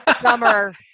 summer